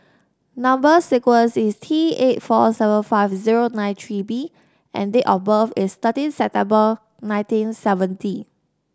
number sequence is T eight four seven five zero nine three B and date of birth is thirteen September nineteen seventy